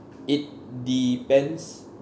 it depends